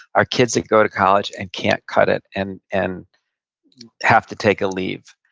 are kids that go to college and can't cut it, and and have to take a leave.